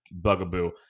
bugaboo